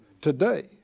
today